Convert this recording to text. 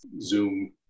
zoom